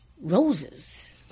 roses